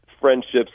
friendships